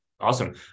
Awesome